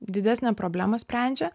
didesnę problemą sprendžia